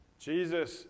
Jesus